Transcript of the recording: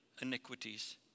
iniquities